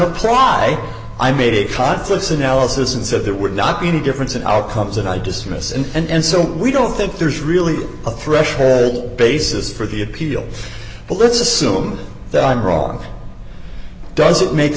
apply i made a conscious analysis and said there would not be any difference in outcomes and i dismiss and so we don't think there's really a threshold basis for the appeal but let's assume that i'm wrong does it make